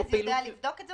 אבל ארז יודע לבדוק את זה?